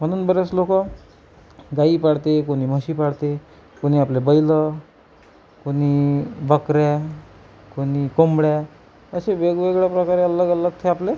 म्हणून बरेच लोक गाई पाळते कोणी म्हशी पाळते कोणी आपले बैल कोणी बकऱ्या कोणी कोंबड्या असे वेगवेगळ्या प्रकारे अलग अलग ते आपले